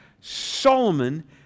Solomon